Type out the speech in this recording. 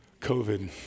COVID